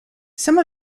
some